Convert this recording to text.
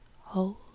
Hold